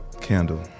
candle